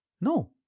No